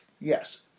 Yes